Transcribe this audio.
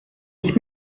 ich